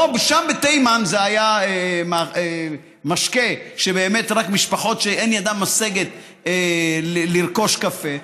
שם בתימן זה היה משקה של משפחות שידן באמת אינה משגת לרכוש קפה,